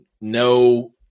no